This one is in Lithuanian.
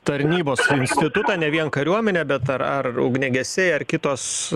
tarnybos instatutą ne vien kariuomenę bet ar ar ugniagesiai ar kitos